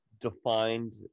defined